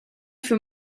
für